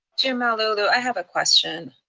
chair malauulu, i have a question.